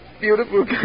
Beautiful